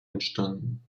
entstanden